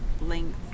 length